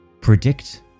predict